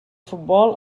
futbol